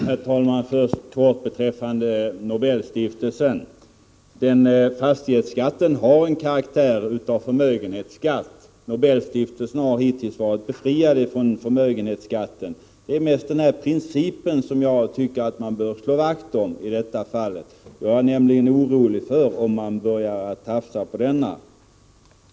Herr talman! Först kort beträffande Nobelstiftelsen. Fastighetsskatten har karaktär av förmögenhetsskatt. Nobelstiftelsen har hittills varit befriad från förmögenhetsskatt. Det är mest denna princip som jag tycker att man bör slå vakt om i detta fall, och jag känner oro om man börjar tafsa på denna.